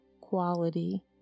quality